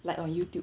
like on youtube